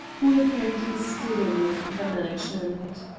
who apparently stood in with the management.